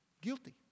Guilty